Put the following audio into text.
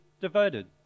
devoted